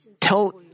tell